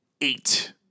eight